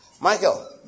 Michael